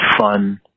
fun